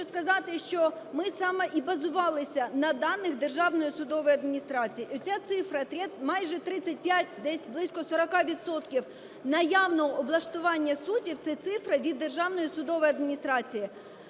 хочу сказати, що ми саме і базувалися на даних Державної судової адміністрації. Оця цифра, майже 35, десь близько 40 відсотків наявного облаштування судів – це цифра від Державної судової адміністрації.